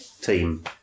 team